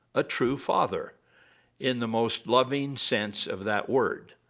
a true father in the most loving sense of that word.